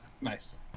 Nice